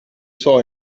saw